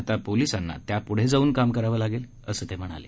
आता पोलीसांना त्यापुढे जाऊन काम करावं लागेल असं ते म्हणाले